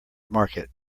market